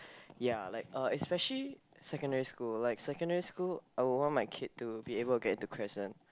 ya like uh especially secondary school like secondary school I would want my kid to be able to get into Crescent